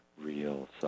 real